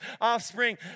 offspring